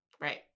right